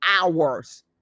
hours